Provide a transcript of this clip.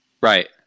Right